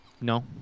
No